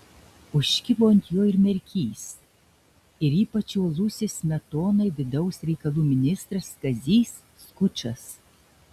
užkibo ant jo ir merkys ir ypač uolusis smetonai vidaus reikalų ministras kazys skučas